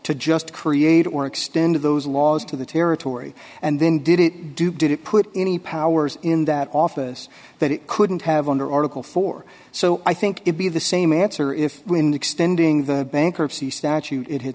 to just create or extend those laws to the territory and then did it do did it put any powers in that office that it couldn't have under article four so i think it be the same answer if when extending the bankruptcy statute it had